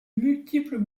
multiples